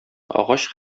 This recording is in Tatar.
агач